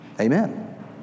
Amen